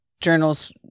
journals